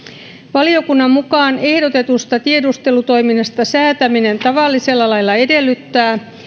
valiokunnan mukaan ehdotetusta tiedustelutoiminnasta säätäminen tavallisella lailla edellyttää